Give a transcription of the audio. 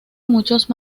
muchos